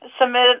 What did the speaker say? submit